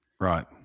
Right